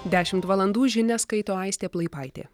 dešimt valandų žinias skaito aistė plaipaitė